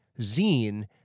zine